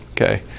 okay